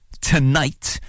tonight